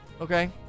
Okay